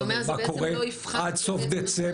הוא מה קורה עד סוף דצמבר,